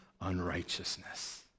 unrighteousness